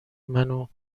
منو